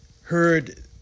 heard